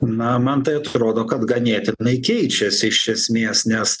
na man tai atrodo kad ganėtinai keičiasi iš esmės nes